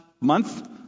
month